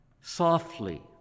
softly